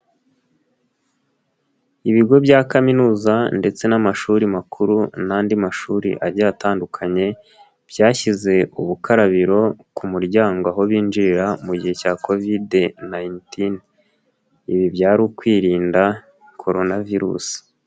Ibigo bya kaminuza ndetse n'amashuri makuru n'andi mashuri agiye atandukanye byashyize ubukarabiro ku muryango aho binjirira mu gihe cya kovide nayinitini, ibi byari ukwirinda koronavirusi.